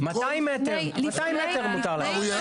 הוא יזוז עם כל --- 200 מטר מותר להם.